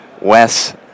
Wes